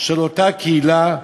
של אותה קהילה.